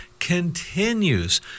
continues